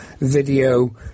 video